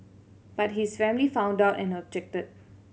but his family found out and objected